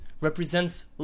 represents